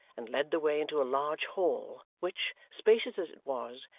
and led the way into a large hall, which, spacious as it was,